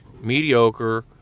mediocre